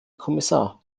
kommissar